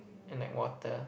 and like water